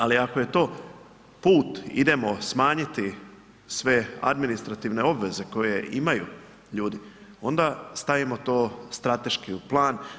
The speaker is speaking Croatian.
Ali ako je to put idemo smanjiti sve administrativne obveze koje imaju ljudi, onda stavimo to strateški u plan.